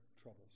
troubles